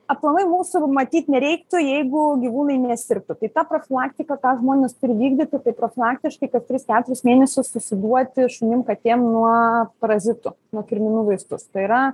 aplamai mūsų numatyt nereiktų jeigu gyvūnai nesirgtų tai ta profilaktika tą žmonės turi vykdyti tai profilaktiškai kas tris keturis mėnesius susiduoti šunim katėm nuo parazitų nuo kirminų vaistus tai yra